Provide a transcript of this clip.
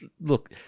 Look